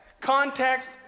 context